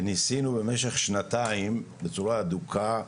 וניסינו במשך שנתיים, בצורה הדוקה,